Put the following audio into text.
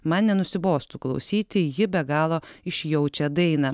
man nenusibostų klausyti ji be galo išjaučia dainą